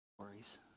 stories